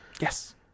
Yes